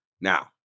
Now